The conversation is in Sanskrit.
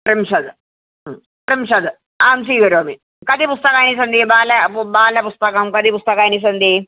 त्रिंशत् त्रिंशत् अहं स्वीकरोमि कति पुस्तकानि सन्ति बालः बालपुस्तकं कति पुस्तकानि सन्ति